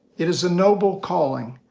it is a noble calling.